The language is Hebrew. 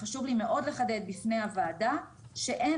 חשוב לי מאוד לחדד בפני הוועדה שאין